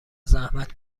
زحمت